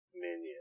minion